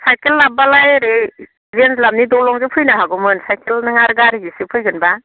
cycle लाबोबालाय ओरै जेंलाबनि दलंजों फैनो हागौमोन साइकेलजों आरो गारिजोंसो फैगोनबा